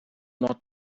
not